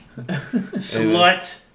Slut